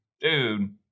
dude